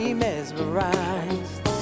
mesmerized